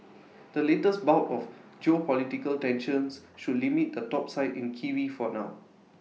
the latest bout of geopolitical tensions should limit the topside in kiwi for now